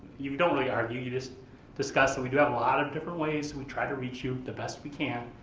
you don't really argue, you just discuss that we do have a lot of different ways, we try to reach you the best we can,